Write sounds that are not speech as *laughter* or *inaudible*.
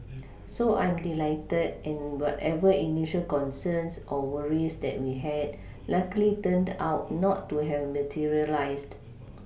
*noise* so I'm delighted and whatever initial concerns or worries that we had luckily turned out not to have materialised